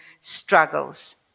struggles